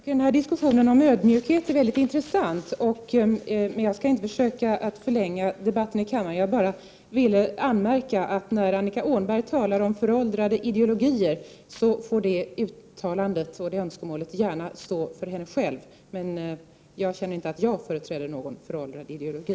Herr talman! Diskussionen om ödmjukhet är mycket intressant, men jag skall inte förlänga debatten i kammaren. Annika Åhnbergs uttalande om föråldrade ideologier får stå för henne själv. Jag känner inte att jag företräder någon föråldrad ideologi.